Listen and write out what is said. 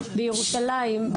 בירושלים,